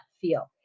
feel